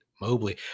Mobley